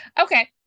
okay